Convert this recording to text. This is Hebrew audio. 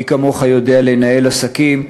מי כמוך יודע לנהל עסקים,